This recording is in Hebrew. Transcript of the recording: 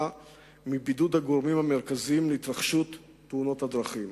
מבידוד הגורמים המרכזיים להתרחשות תאונת דרכים.